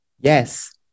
Yes